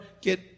get